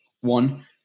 one